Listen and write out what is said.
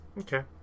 Okay